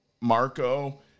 Marco